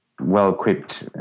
well-equipped